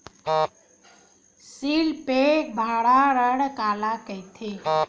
Seal pack भंडारण काला कइथे?